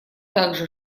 также